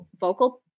vocal